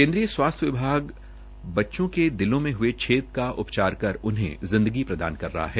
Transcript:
केन्द्रीय स्वास्थ्य विभाग बच्चों के दिलों में हये छेद का उपचार कर उन्हें जिंदगी प्रदान कर रहा है